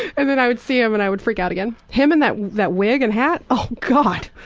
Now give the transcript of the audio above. and then i would see him and i would freak out again. him and that that wig and hat, oh god.